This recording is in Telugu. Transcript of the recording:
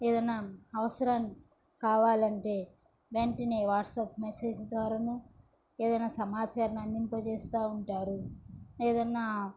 ఏదైనా అవసరం కావాలంటే వెంటనే వాట్సాప్ మెసేజ్ ద్వారాను ఏదైనా సమాచారమందింపజేస్తూ ఉంటారు ఏదైనా